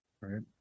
Right